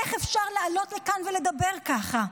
איך אפשר לעלות לכאן ולדבר ככה?